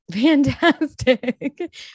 Fantastic